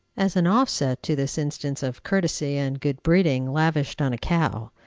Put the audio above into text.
as an offset to this instance of courtesy and good-breeding lavished on cow,